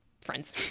friends